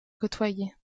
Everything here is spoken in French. côtoyer